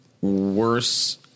worse